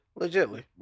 Legitly